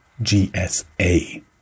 GSA